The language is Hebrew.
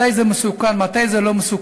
מתי זה מסוכן, מתי זה לא מסוכן.